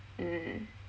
mm